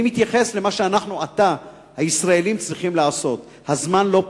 אני מתייחס למה שאנו, הישראלים, צריכים לעשות עתה.